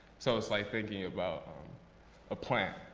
so it's like thinking about a plant.